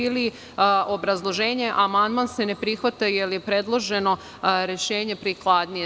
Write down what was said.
Ili obrazloženje – amandman se ne prihvata jer je predloženo rešenje prikladnije.